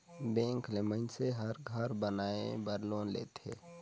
bank ले मइनसे हर घर बनाए बर लोन लेथे